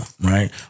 right